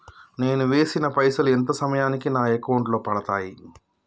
నేను వేసిన పైసలు ఎంత సమయానికి నా అకౌంట్ లో పడతాయి?